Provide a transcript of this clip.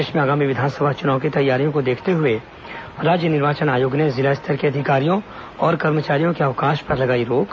प्रदेश में आगामी विधानसभा चुनाव की तैयारियों को देखते हुए राज्य निर्वाचन आयोग ने जिला स्तर के अधिकारियों और कर्मचारियों के अवकाश पर लगाई रोक